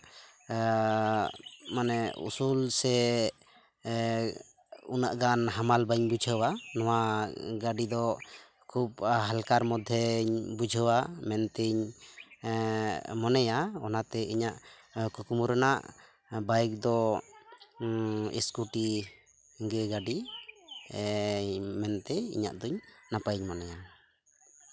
ᱢᱟᱱᱮ ᱩᱥᱩᱞ ᱥᱮ ᱩᱱᱟᱹᱜ ᱜᱟᱱ ᱦᱟᱢᱟᱞ ᱵᱟᱹᱧ ᱵᱩᱡᱷᱟᱹᱣᱟ ᱱᱚᱣᱟ ᱜᱟᱹᱰᱤ ᱫᱚ ᱠᱷᱩᱵᱽ ᱦᱟᱞᱠᱟᱨ ᱢᱚᱫᱽᱫᱷᱮᱧ ᱵᱩᱡᱷᱟᱹᱣᱟ ᱢᱮᱱᱛᱤᱧ ᱢᱚᱱᱮᱭᱟ ᱚᱱᱟᱛᱮ ᱤᱧᱟᱹᱜ ᱠᱩᱠᱢᱩ ᱨᱮᱱᱟᱜ ᱵᱟᱭᱤᱠ ᱫᱚ ᱤᱥᱠᱩᱴᱤ ᱜᱮ ᱜᱟᱹᱰᱤ ᱢᱮᱱᱛᱮ ᱤᱧᱟᱹᱜ ᱫᱩᱧ ᱱᱟᱯᱟᱭᱤᱧ ᱢᱚᱱᱮᱭᱟ